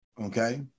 Okay